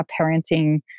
parenting